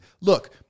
look